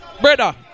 Brother